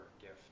gift